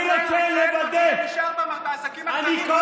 אני רוצה לוודא --- החוק הזה --- נשאר בעסקים הקטנים,